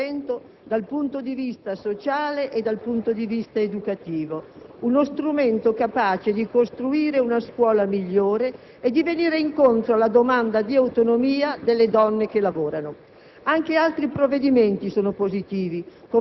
Basti ricordare il valore di questo intervento dal punto di vista sociale ed educativo: uno strumento capace di costruire una scuola migliore e di venire incontro alla domanda di autonomia delle donne che lavorano.